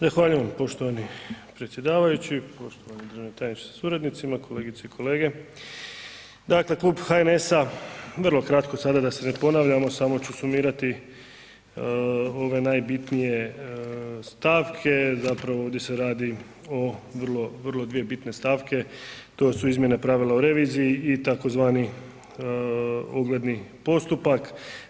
Zahvaljujem poštovani predsjedavajući, poštovani državni tajniče sa suradnicima, kolegice i kolege, dakle, Klub HNS-a vrlo kratko sada da se ne ponavljamo, samo ću sumirati ove najbitnije stavke, zapravo ovdje se radi o vrlo dvije bitne stavke, to su izmjena pravila o reviziji i tzv. ogledni postupak.